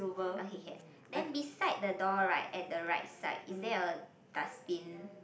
okay then beside the door right at the right side is there a dustbin